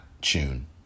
tune